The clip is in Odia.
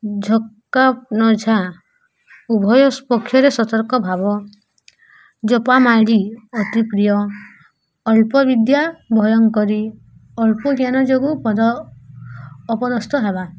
ଝକା ନଝା ଉଭୟପକ୍ଷରେ ସତର୍କ ଭାବ ଜପା ମାଳି ଅତିପ୍ରିୟ ଅଳ୍ପ ବିଦ୍ୟା ଭୟଙ୍କରୀ ଅଳ୍ପ ଜ୍ଞାନ ଯୋଗୁଁ ପଦ ଅପଦସ୍ତ ହେବା